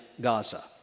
Gaza